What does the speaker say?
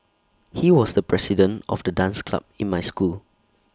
he was the president of the dance club in my school